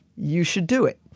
you should do it.